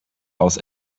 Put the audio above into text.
aus